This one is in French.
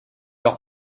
leur